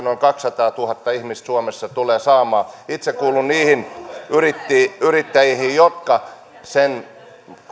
noin kaksisataatuhatta ihmistä suomessa tulee saamaan itse kuulun niihin yrittäjiin jotka sen